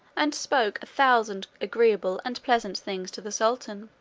and spoke a thousand agreeable and pleasant things to the sultan.